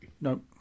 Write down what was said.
Nope